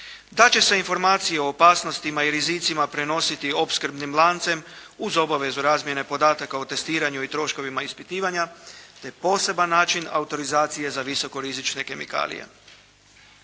da će se informacije o opasnostima i rizicima prenositi opskrbnim lancem uz obavezu razmjene podataka o testiranju i troškovima ispitivanja te poseban način autorizacije za visoko rizične kemikalije.